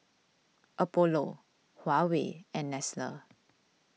Apollo Huawei and Nestle